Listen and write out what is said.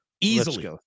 Easily